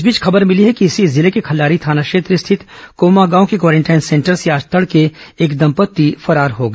इस बीच खबर मिली है कि इसी जिले के खल्लारी थाना क्षेत्र स्थित कोमागांव के क्वारेंटाइन सेंटर से आज तड़के एक दंपत्ति फरार हो गया